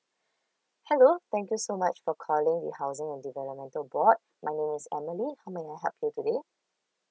hello thank you so much for calling the housing and developmental board my name is emily how may I help you today